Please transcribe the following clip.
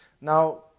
Now